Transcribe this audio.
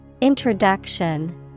Introduction